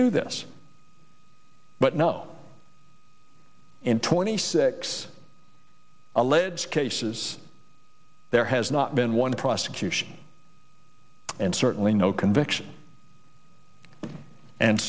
do this but no in twenty six alleged cases there has not been one prosecution and certainly no conviction and